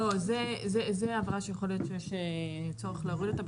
זו הבהרה שיכול להיות שיש צורך להוריד אותה,